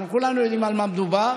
אנחנו כולנו יודעים על מה מדובר.